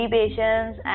patients